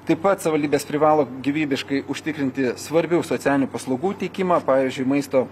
taip pat savivaldybės privalo gyvybiškai užtikrinti svarbių socialinių paslaugų teikimą pavyzdžiui maisto